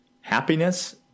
happiness